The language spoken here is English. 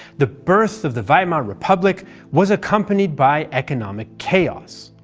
the birth of the weimar republic was accompanied by economic chaos.